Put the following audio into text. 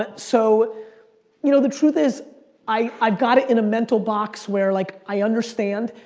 but so you know, the truth is i've got it in a mental box where like i understand.